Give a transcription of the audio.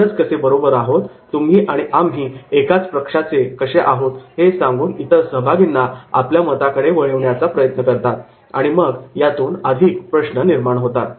आपणच कसे बरोबर आहोत तुम्ही आणि आम्ही एकाच पक्षाचे आहोत असे सांगून इतर सहभागींना आपल्या मताकडे वळविण्याचा प्रयत्न करतात आणि मग यातून अधिक प्रश्न निर्माण होतात